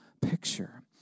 picture